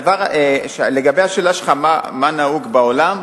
2. לגבי השאלה שלך מה נהוג בעולם,